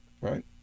right